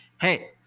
Hey